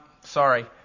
sorry